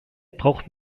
braucht